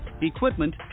equipment